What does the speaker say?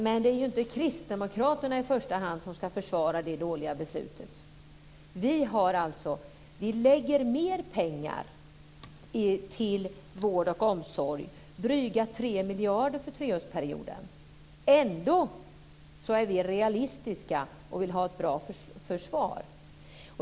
Men det är ju inte i första hand kristdemokraterna som ska försvara det dåliga beslutet. Vi vill anslå mer pengar till vård och omsorg, drygt 3 miljarder kronor för treårsperioden. Ändå är vi realistiska och vill ha ett bra försvar.